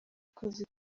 akazi